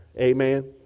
Amen